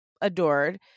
adored